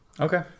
Okay